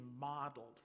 modeled